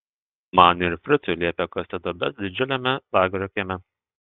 man ir fricui liepė kasti duobes didžiuliame lagerio kieme